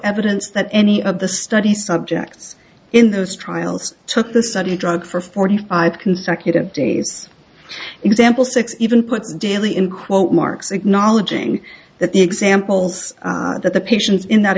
evidence that any of the study subjects in those trials took the study drug for forty five consecutive days example six even put daily in quote marks acknowledging that the examples that the patients in that